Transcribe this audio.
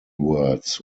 words